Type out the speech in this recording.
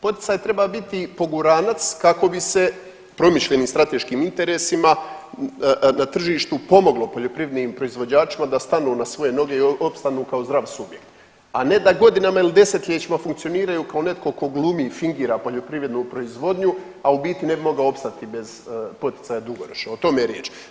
Poticaj treba biti poguranac kako bi se promišljenim strateškim interesima na tržištu pomoglo poljoprivrednim proizvođačima da stanu na svoje noge i opstanu kao zdrav subjekt, a ne da godinama ili desetljećima funkcioniraju kao netko tko glumi i fingira poljoprivrednu proizvodnju, a u biti ne bi mogao opstati bez poticaja dugoročno, o tome je riječ.